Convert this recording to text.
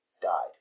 Died